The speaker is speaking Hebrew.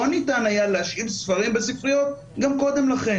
ניתן היה להשאיל ספרים בספריות גם קודם לכן,